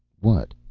what?